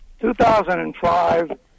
2005